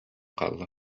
хаалла